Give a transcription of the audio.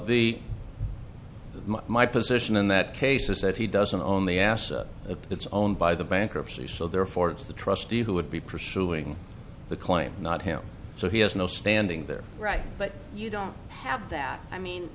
be my position in that case is that he doesn't own the asset it's owned by the bankruptcy so therefore it's the trustee who would be pursuing the claim not him so he has no standing there right but you don't have that i mean